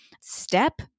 step